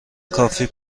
کافی